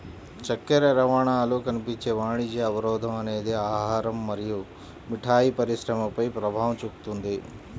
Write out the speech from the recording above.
చక్కెర రవాణాలో కనిపించే వాణిజ్య అవరోధం అనేది ఆహారం మరియు మిఠాయి పరిశ్రమపై ప్రభావం చూపుతుంది